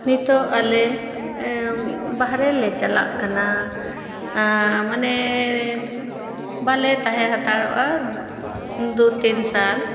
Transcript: ᱱᱤᱛᱳᱜ ᱟᱞᱮ ᱵᱟᱦᱨᱮ ᱞᱮ ᱪᱟᱞᱟᱜ ᱠᱟᱱᱟ ᱢᱟᱱᱮ ᱵᱟᱞᱮ ᱛᱟᱦᱮᱸ ᱦᱟᱛᱟᱲᱚᱜᱼᱟ ᱫᱩ ᱛᱤᱱ ᱥᱟᱞ